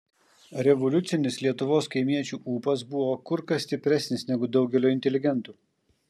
revoliucinis lietuvos kaimiečių ūpas buvo kur kas stipresnis negu daugelio inteligentų